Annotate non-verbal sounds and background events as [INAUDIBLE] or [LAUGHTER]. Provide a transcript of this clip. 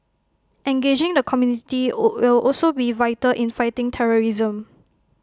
engaging the community [HESITATION] will also be vital in fighting terrorism